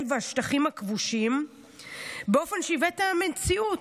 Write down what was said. בשטחים הכבושים באופן שעיוות את המציאות.